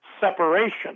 separation